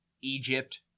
Egypt